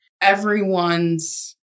everyone's